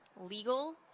legal